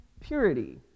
purity